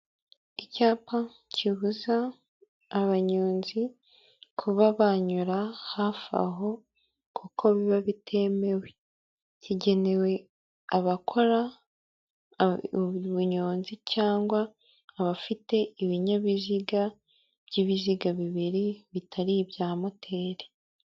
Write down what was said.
Icyapa kibuza abanyonzi kuba banyura hafi aho, kuko biba bitemewe. Kigenewe abakora ubunyonzi cyangwa abafite ibinyabiziga by'ibiziga bibiri bitari ibya moteri.